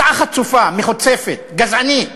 הצעה חצופה, מחוצפת, גזענית.